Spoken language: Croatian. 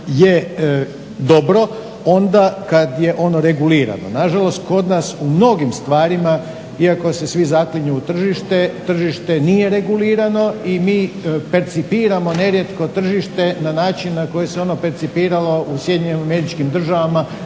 je dobro onda kad je ono regulirano. Na žalost kod nas u mnogim stvarima iako se svi zaklinju u tržište, tržište nije regulirano i mi percipiramo nerijetko tržište na način na koje se ono percipiralo u SAD-u u drugoj